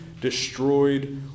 destroyed